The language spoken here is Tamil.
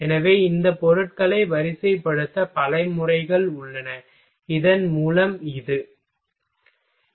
எனவே இந்த பொருட்களை வரிசைப்படுத்த பல முறைகள் உள்ளன இதன்மூலம் இது சரி